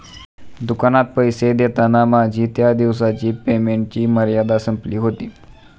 दुकानात पैसे देताना माझी त्या दिवसाची पेमेंटची मर्यादा संपली होती